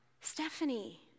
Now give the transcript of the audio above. Stephanie